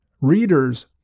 Readers